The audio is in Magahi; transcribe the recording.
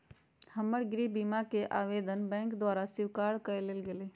हमर गृह बीमा कें आवेदन बैंक द्वारा स्वीकार कऽ लेल गेलय